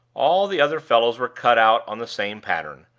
all the other fellows were cut out on the same pattern.